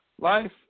Life